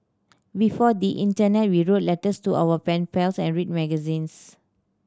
before the internet we wrote letters to our pen pals and read magazines